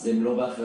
אז הם לא באחריותנו.